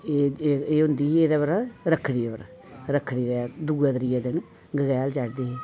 एह् होंदी ही एह्दे पर रक्खड़ियें पर रक्खड़ी दे दूए त्रिए दिन गगैल चढ़दी ही